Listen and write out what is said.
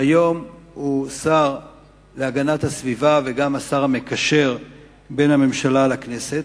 היום הוא השר להגנת הסביבה וגם השר המקשר בין הממשלה לכנסת.